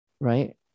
right